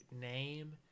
name